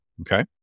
Okay